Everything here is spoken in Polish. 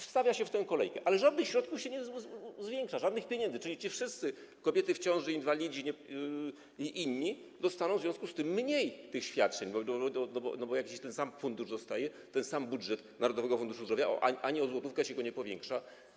Wstawia się ich w tę kolejkę, ale żadnych środków się nie zwiększa, żadnych pieniędzy, czyli ci wszyscy - kobiety w ciąży, inwalidzi i inni - dostaną w związku z tym mniej tych świadczeń, bo zostaje ten sam fundusz, ten sam budżet Narodowego Funduszu Zdrowia, ani o złotówkę się go nie powiększa.